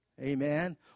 Amen